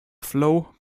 flow